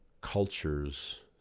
cultures